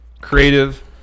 creative